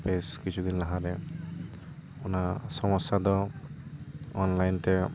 ᱵᱮᱥ ᱠᱤᱪᱷᱩ ᱫᱤᱱ ᱞᱟᱦᱟ ᱨᱮ ᱚᱱᱟ ᱥᱳᱢᱳᱥᱟ ᱫᱚ ᱚᱱᱞᱟᱭᱤᱱ ᱛᱮ